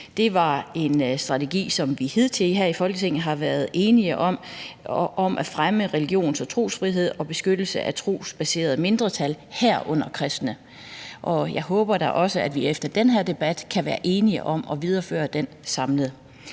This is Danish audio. Det er en strategi, som vi hidtil her i Folketinget har været enige om, nemlig at fremme religions- og trosfrihed og beskyttelse af trosbaserede mindretal, herunder kristne. Og jeg håber da også, at vi efter den her debat kan være enige om at videreføre den, samlet.